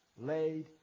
laid